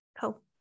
cool